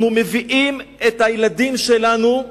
אנחנו מביאים את הילדים שלנו,